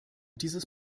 dieses